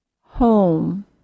Home